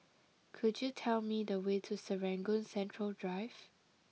could you tell me the way to Serangoon Central Drive